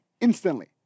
instantly